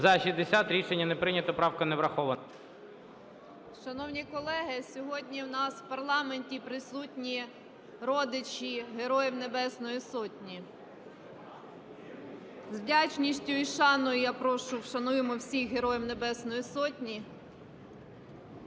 За-60 Рішення не прийнято. Правка не врахована. 13:24:34 КОНДРАТЮК О.К. Шановні колеги, сьогодні у нас в парламенті присутні родичі Героїв Небесної Сотні. З вдячністю і шаною я прошу вшануємо всіх Героїв Небесної Сотні.